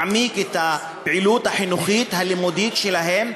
מעמיק את הפעילות החינוכית הלימודית שלהם?